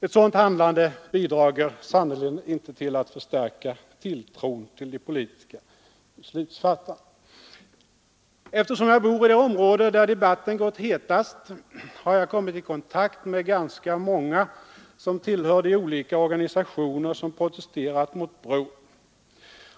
Ett sådant handlande bidrar sannerligen inte till att förstärka tilltron till de politiska beslutsfattarna. Eftersom jag bor i det område där debatten gått hetast har jag kommit i kontakt med ganska många som tillhör de olika organisationer som protesterat mot bron.